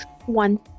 one